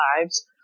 lives